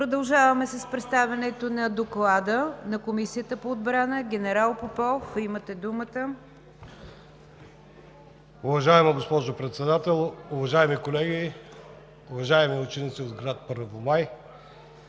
Продължаваме с представянето на Доклада на Комисията по отбрана. Генерал Попов, имате думата. ДОКЛАДЧИК КОНСТАНТИН ПОПОВ: Уважаема госпожо Председател, уважаеми колеги, уважаеми ученици от град Първомай!